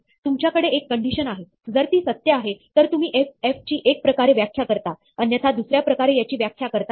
तुमच्याकडे एक कंडिशन आहे जर ती सत्य आहे तर तुम्ही f ची एका प्रकारे व्याख्या करता अन्यथा दुसऱ्या प्रकारे याची व्याख्या करता येते